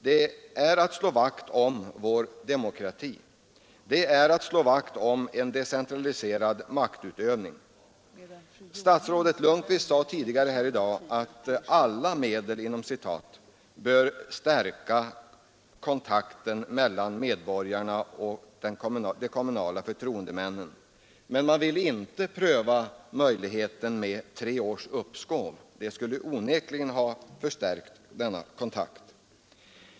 Det är att slå vakt om vår demokrati. Det är att slå vakt om en decentraliserad maktutövning. Statsrådet Lundkvist sade tidigare i dag att man med ”alla medel” bör stärka kontakten mellan medborgarna och de kommunala förtroendemännen. Man borde pröva möjligheten med tre års uppskov mera generöst. Det skulle onekligen ha förstärkt denna kontakt.